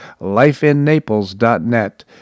lifeinnaples.net